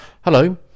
Hello